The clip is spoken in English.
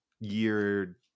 year